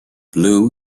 blue